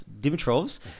Dimitrov's